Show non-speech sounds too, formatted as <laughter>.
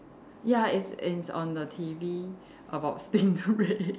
ya it's in on the T_V about stingray <laughs>